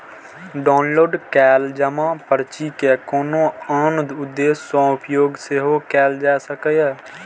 download कैल जमा पर्ची के कोनो आन उद्देश्य सं उपयोग सेहो कैल जा सकैए